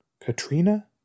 Katrina